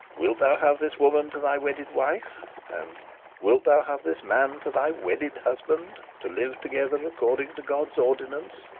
wilt thou have this woman to thy wedded wife and wilt thou have this man to thy wedded husband, to live together according to god's ordinance